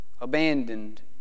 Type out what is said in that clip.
abandoned